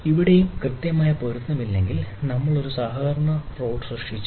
ഇവിടെയും കൃത്യമായ പൊരുത്തമില്ലെങ്കിൽ നമ്മൾ ഒരു സഹകരണ റോൾ സൃഷ്ടിച്ചു